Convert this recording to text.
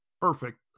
perfect